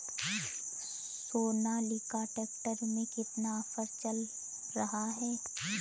Sonalika tractor में कितना offer चल रहा है?